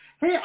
Hey